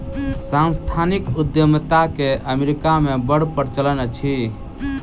सांस्थानिक उद्यमिता के अमेरिका मे बड़ प्रचलन अछि